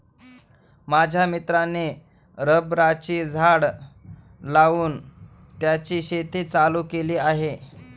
माझ्या मित्राने रबराची झाडं लावून त्याची शेती चालू केली आहे